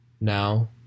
Now